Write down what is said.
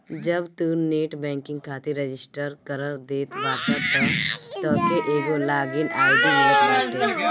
जब तू net banking खातिर रजिस्टर कर देत बाटअ तअ तोहके एगो लॉग इन आई.डी मिलत बाटे